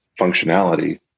functionality